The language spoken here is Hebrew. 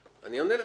אני אענה לך.